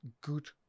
good